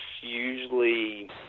usually